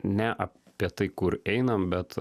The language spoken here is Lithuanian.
ne apie tai kur einam bet